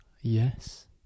Yes